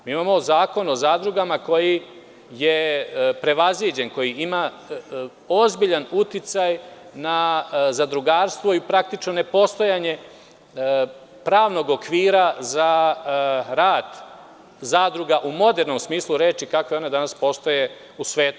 Mi imamo Zakon o zadrugama koji je prevaziđen, koji ima ozbiljan uticaj na zadrugarstvo i praktično ne postojanje pravog okvira za rad zadruga u modernom smislu reči kako one danas postoje u svetu.